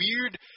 weird